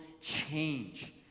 change